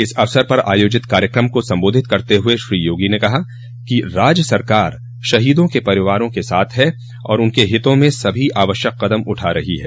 इस अवसर पर आयोजित कार्यक्रम को संबोधित करते हुए श्री योगी ने कहा कि राज्य सरकार शहीदों के परिवारों के साथ है और उनके हित में सभी आवश्यक कदम उठा रही है